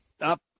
up